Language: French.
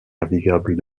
navigable